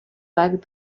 back